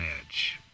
edge